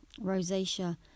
rosacea